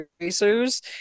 racers